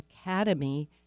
Academy